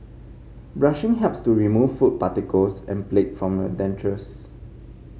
brushing helps to remove food particles and plaque from your dentures